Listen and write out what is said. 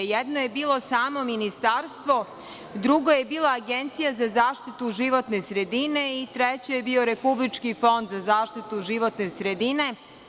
Jedno je bilo samo ministarstvo, drugo je bilo Agencija za zaštitu životne sredine i treće je bilo Republički fond za zaštitu životne sredine.